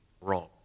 wrong